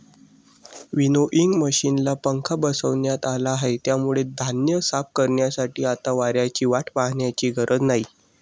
winnowing मशिनला पंखा बसवण्यात आला आहे, त्यामुळे धान्य साफ करण्यासाठी आता वाऱ्याची वाट पाहण्याची गरज नाही